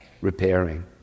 repairing